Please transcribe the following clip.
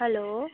hello